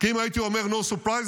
כי אם הייתי אומר no surprises,